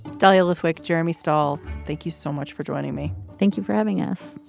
dahlia lithwick, jeremy stall, thank you so much for joining me. thank you for having us.